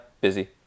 Busy